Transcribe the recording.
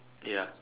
ya